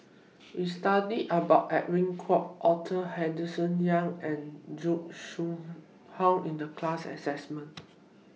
We studied about Edwin Koek Arthur Henderson Young and Zhuang Shengtao in The class assignment